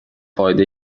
فایده